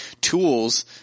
tools